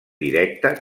directe